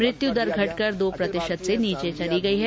मृत्यु दर घटकर दो प्रतिशत से नीचे चली गई है